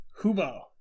Hubo